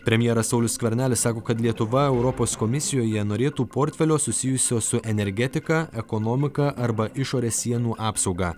premjeras saulius skvernelis sako kad lietuva europos komisijoje norėtų portfelio susijusio su energetika ekonomika arba išorės sienų apsauga